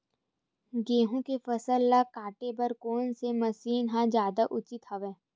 गेहूं के फसल ल काटे बर कोन से मशीन ह जादा उचित हवय?